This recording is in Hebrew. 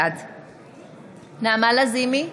בעד נעמה לזימי,